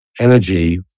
energy